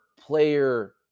player